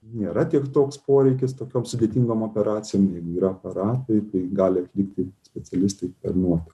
nėra tiek toks poreikis tokioms sudėtingom operacijom jeigu yra aparatai tai gali atlikti specialistai per nuotolį